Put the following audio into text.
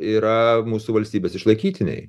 yra mūsų valstybės išlaikytiniai